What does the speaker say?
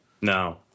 No